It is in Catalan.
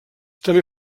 també